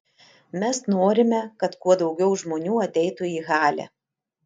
mes norime kad kuo daugiau žmonių ateitų į halę